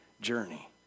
journey